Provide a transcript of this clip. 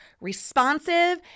responsive